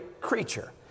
creature